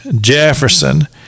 Jefferson